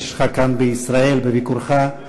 זוהי אותה ירושלים שהיא בירת הנצח של העם